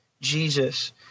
Jesus